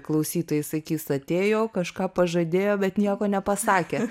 klausytojai sakys atėjo kažką pažadėjo bet nieko nepasakė